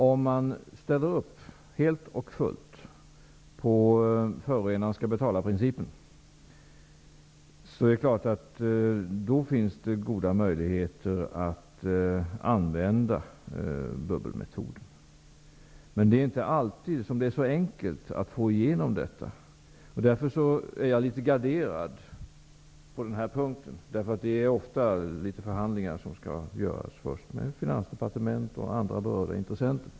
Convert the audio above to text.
Om man ställer upp helt och fullt på principen att förorenaren skall betala, finns det naturligtvis goda möjligheter att använda bubbelmetoden. Men det är inte alltid så enkelt att få igenom detta, och jag är därför litet garderad på den här punkten. Det är nämligen ofta fråga om förhandlingar som skall äga rum först -- med Finansdepartement och andra berörda intressenter.